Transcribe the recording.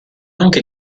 anche